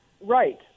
right